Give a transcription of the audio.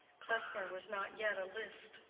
klesmer was not yet a liszt,